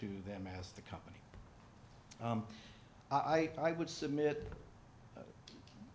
to them as the company i would submit